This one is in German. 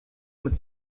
mit